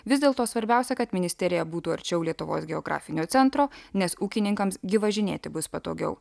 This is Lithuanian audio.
vis dėlto svarbiausia kad ministerija būtų arčiau lietuvos geografinio centro nes ūkininkams gi važinėti bus patogiau